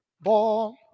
ball